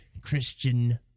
Christian